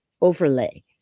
overlay